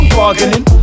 bargaining